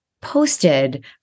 posted